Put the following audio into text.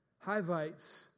Hivites